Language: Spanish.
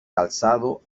calzado